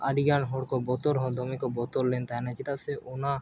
ᱟᱹᱰᱤᱜᱟᱱ ᱦᱚᱲᱠᱚ ᱵᱚᱛᱚᱨ ᱦᱚᱸ ᱫᱚᱢᱮ ᱠᱚ ᱵᱚᱛᱚᱨ ᱞᱮᱱ ᱛᱟᱦᱮᱱᱟ ᱪᱮᱫᱟᱜ ᱥᱮ ᱚᱱᱟ